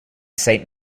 saint